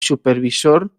supervisor